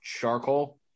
charcoal